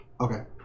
Okay